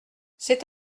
c’est